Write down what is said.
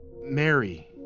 Mary